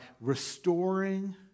restoring